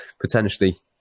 potentially